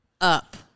up